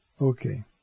Okay